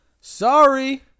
sorry